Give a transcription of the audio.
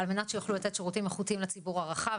על מנת שיוכלו לתת שירותים איכותיים לציבור הרחב.